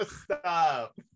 Stop